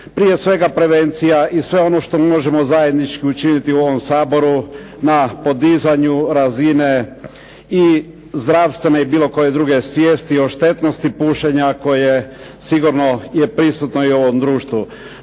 prije svega prevencija i svega ono što možemo zajednički učiniti u ovom Saboru na podizanju razine i zdravstvene i bilo koje druge svijesti o štetnosti pušenja koje je sigurno prisutno i u ovom društvu.